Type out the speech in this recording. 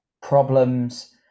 problems